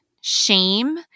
shame